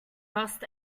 rust